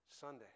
Sunday